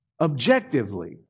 objectively